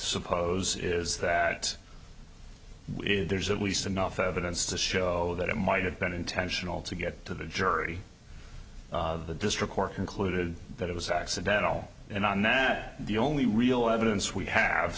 suppose is that there's at least enough evidence to show that it might have been intentional to get to the jury the district court concluded that it was accidental and on then the only real evidence we have